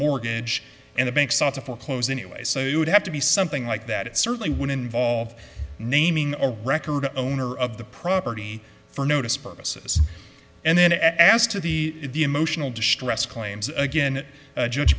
mortgage and the bank sought to foreclose anyway so it would have to be something like that it certainly would involve naming a record owner of the property for notice purposes and then as to the the emotional distress claims again judge